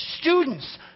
Students